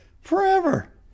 forever